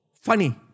funny